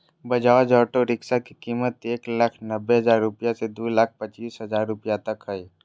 Bajaj auto rickshaw के कीमत एक लाख नब्बे हजार रुपया से दू लाख पचीस हजार रुपया तक हइ